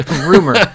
Rumor